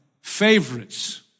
favorites